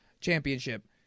championship